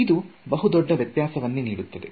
ಇದು ಬಹು ದೊಡ್ಡ ವೆತ್ಯಾಸವನ್ನೇ ನೀಡುತ್ತದೆ